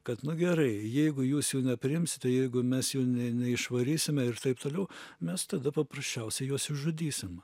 kad nu gerai jeigu jūs jų nepriimsite jeigu mes jų ne neišvarysime ir taip toliau mes tada paprasčiausiai juos išžudysim